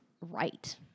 right